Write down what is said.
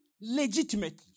legitimately